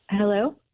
Hello